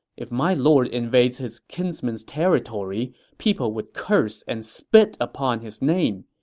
if my lord invades his kinsman's territory, people would curse and spit upon his name.